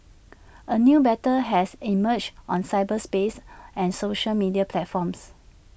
A new battle has emerged on cyberspace and social media platforms